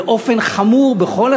הרי יושבות פה חברות בוועדת